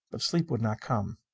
but sleep would not come.